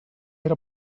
era